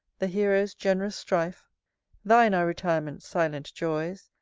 the hero's gen'rous strife thine are retirement's silent joys,